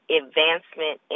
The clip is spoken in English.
advancement